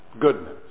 Goodness